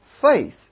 faith